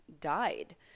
died